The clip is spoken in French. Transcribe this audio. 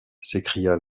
s’écria